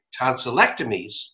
tonsillectomies